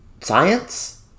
science